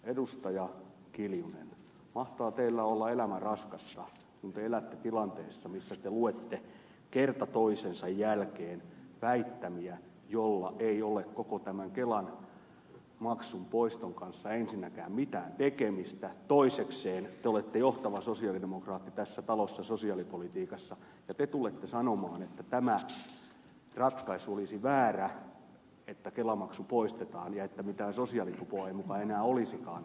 edustaja kiljunen mahtaa teillä olla elämä raskasta kun te elätte tilanteessa missä te luette kerta toisensa jälkeen väittämiä joilla ei ole koko tämän kelamaksun poiston kanssa ensinnäkään mitään tekemistä toisekseen te olette johtava sosialidemokraatti tässä talossa sosiaalipolitiikassa ja te tulette sanomaan että tämä ratkaisu olisi väärä että kelamaksu poistetaan ja että mitään sosiaalitupoa ei muka enää olisikaan